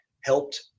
helped